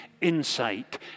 Insight